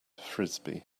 frisbee